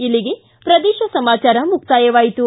ಇಲ್ಲಿಗೆ ಪ್ರದೇಶ ಸಮಾಚಾರ ಮುಕ್ತಾಯವಾಯಿತು